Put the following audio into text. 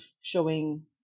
showing